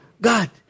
God